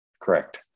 Correct